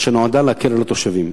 אשר נועדה להקל על התושבים.